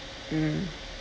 mm